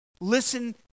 listen